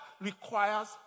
requires